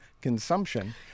consumption